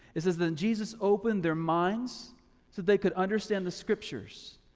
it says, then jesus opened their minds so they could understand the scriptures.